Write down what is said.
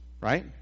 right